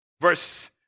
Verse